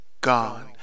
gone